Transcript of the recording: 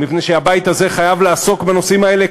מפני שהבית הזה חייב לעסוק בנושאים האלה,